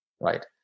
Right